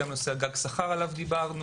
גג שכר,